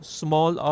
small